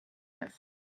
neuf